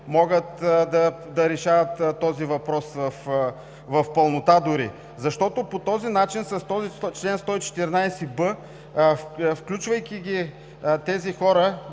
могат да решават този въпрос в пълнота дори? По този начин с този чл. 114б, включвайки тези хора